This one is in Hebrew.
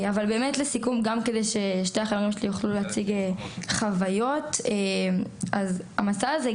לסיכום גם כדי ששני החברים שלי יוכלו להציג חוויות אני אומר שהמסע הזה,